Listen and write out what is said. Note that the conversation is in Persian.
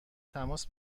تماس